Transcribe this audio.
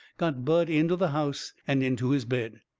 got bud into the house and into his bed.